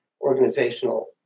organizational